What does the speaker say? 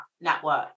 network